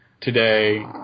today